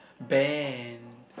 band